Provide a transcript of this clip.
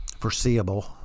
foreseeable